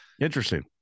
Interesting